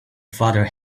father